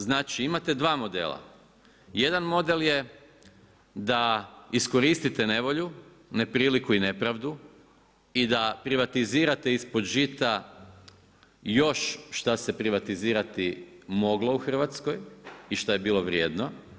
Znači imate dva modela, jedan model je da iskoristite nevolju, nepriliku i nepravdu i da privatizirate ispod žita još šta se privatizirati moglo u Hrvatskoj i šta je bilo vrijedno.